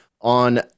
on